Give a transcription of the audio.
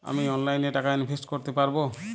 আমি অনলাইনে টাকা ইনভেস্ট করতে পারবো?